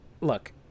look